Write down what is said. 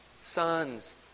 sons